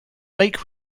lake